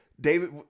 david